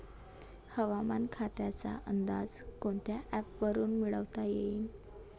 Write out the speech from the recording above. हवामान खात्याचा अंदाज कोनच्या ॲपवरुन मिळवता येईन?